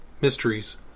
mysteries